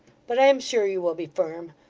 but i am sure you will be firm,